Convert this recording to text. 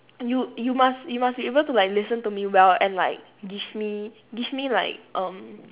you you must you must be able to like listen to me well and like give me give me like um